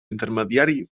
intermediari